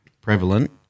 prevalent